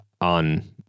on